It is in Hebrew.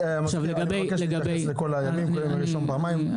לו לדבר ברצף.